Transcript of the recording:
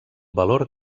valor